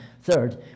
third